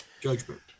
judgment